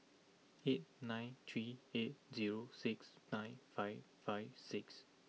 eight nine three eight zero six nine five five six